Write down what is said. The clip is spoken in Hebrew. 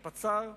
הפצ"ר,